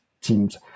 teams